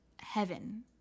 heaven